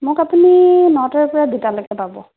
মোক আপুনি নটাৰ পৰা দুটালৈকে পাব